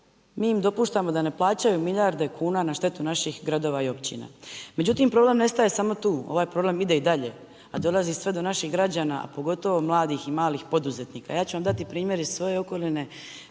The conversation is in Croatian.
mi im dopuštamo da ne plaćaju milijarde kuna na štetu naših gradova i općina. Međutim, problem ne staje samo tu, ovaj problem ide i dalje a dolazi sve do naših građana a pogotovo mladih i malih poduzetnika. Ja ću vam dati primjer iz svoje okoline